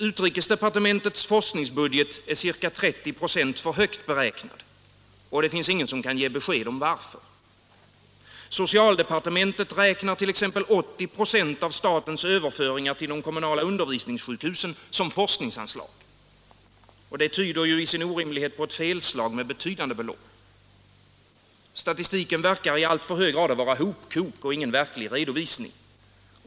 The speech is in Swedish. Utrikesdepartementets forskningsbudget är ca 30 26 för högt beräknad, och ingen kan ge besked om varför. Socialdepartementet räknar 80 26 av statens överföringar till de kommunala undervisningssjukhusen som forskningsanslag. Det tyder i sin orimlighet på ett felslag med betydande belopp. Statistiken verkar i alltför hög grad vara hopkok och ingen verklig redovisning.